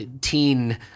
teen